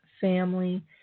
family